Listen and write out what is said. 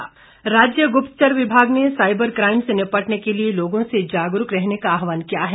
सतर्कता राज्य ग्प्तचर विभाग ने साईबर काईम से निपटने के लिए लोगों से जागरूक रहने का आहवान किया है